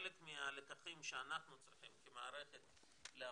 חלק מהלקחים שאנחנו צריכים כמערכת להפיק,